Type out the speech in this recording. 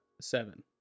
Seven